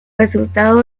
resultado